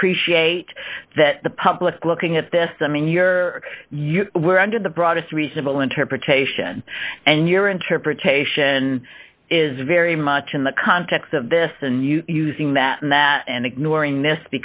appreciate that the public looking at this i mean you're you were under the broadest reasonable interpretation and your interpretation is very much in the context of this and you using that in that and ignoring